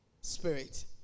Spirit